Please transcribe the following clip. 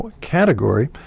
category